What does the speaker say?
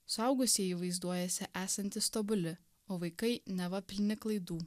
suaugusieji vaizduojasi esantys tobuli o vaikai neva pilni klaidų